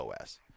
OS